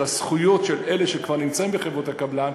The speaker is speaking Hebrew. של הזכויות של אלה שכבר נמצאים בחברות הקבלן,